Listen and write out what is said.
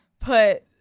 put